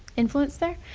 influence there.